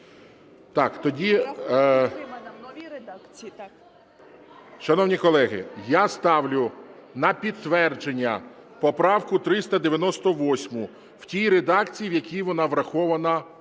ГОЛОВУЮЧИЙ. Шановні колеги, я ставлю на підтвердження поправку 398 в тій редакції, в якій вона врахована